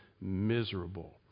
miserable